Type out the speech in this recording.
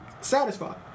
satisfied